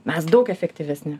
mes daug efektyvesni